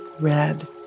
red